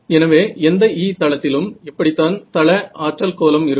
எனவே எந்த E தளத்திலும் இப்படித்தான் தல ஆற்றல் கோலம் இருக்கும்